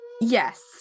Yes